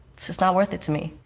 it's just not worth it to me.